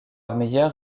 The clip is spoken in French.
meilleure